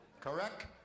Correct